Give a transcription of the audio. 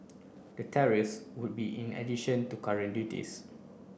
the Terre's would be in addition to current duties